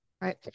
right